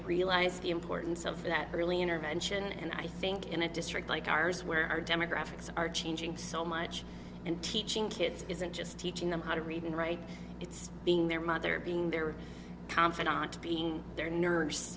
realize the importance of that early intervention and i think in a district like ours where our demographics are changing so much and teaching kids isn't just teaching them how to read and write it's being their mother being their confidant being their n